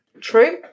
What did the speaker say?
true